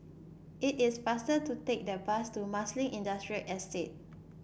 it is faster to take the bus to Marsiling Industrial Estate